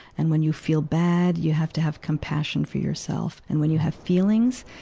and when you feel bad, you have to have compassion for yourself. and when you have feelings,